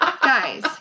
Guys